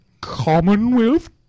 Commonwealth